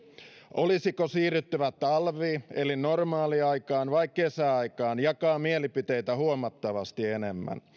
olisiko siirryttävä talvi eli normaaliaikaan vai kesäaikaan jakaa mielipiteitä huomattavasti enemmän